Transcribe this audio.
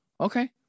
okay